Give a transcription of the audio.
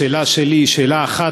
השאלה שלי היא שאלה אחת,